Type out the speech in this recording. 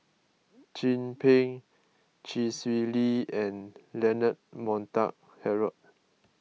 Chin Peng Chee Swee Lee and Leonard Montague Harrod